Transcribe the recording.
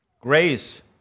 grace